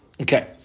Okay